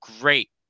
great